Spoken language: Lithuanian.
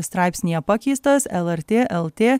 straipsnyje pakeistas lrt lt